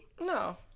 no